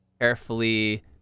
carefully